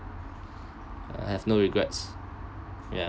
I have no regrets ya